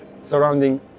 surrounding